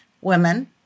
women